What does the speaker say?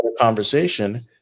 conversation